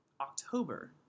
October